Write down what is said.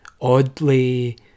oddly